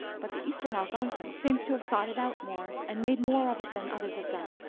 but the eastern algonquin seems to have thought it out more and made more of it than others have done.